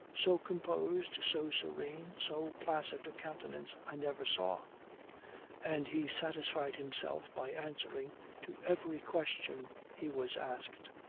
so composed, so serene, so placid a countenance, i never saw and he satisfied himself by answering to every question he was asked,